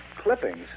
Clippings